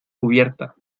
cubierta